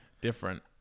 different